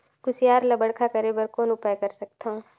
कुसियार ल बड़खा करे बर कौन उपाय कर सकथव?